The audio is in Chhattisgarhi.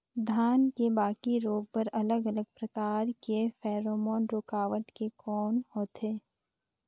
धान के बाकी रोग बर अलग अलग प्रकार के फेरोमोन रूकावट के कौन होथे?